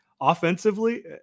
Offensively